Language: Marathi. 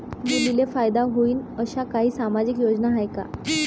मुलींले फायदा होईन अशा काही सामाजिक योजना हाय का?